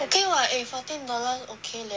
okay [what] eh fourteen dollars okay leh